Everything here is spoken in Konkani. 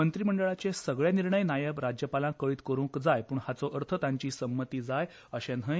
मंत्रीमंडळाचे सगले निर्णय नायब राज्यपालाक कळीत करूंक जाय पूण हाचो अर्थ तांची संमती जाय अशें न्हय